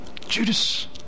Judas